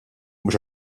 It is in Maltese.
mhux